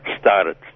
started